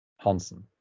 Hansen